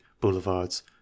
boulevards